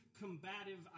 combative